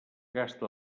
gasta